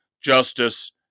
justice